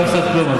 לא הפסדת כלום.